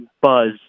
buzz